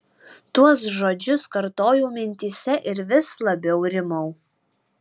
tuos žodžius kartojau mintyse ir vis labiau rimau